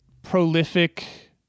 prolific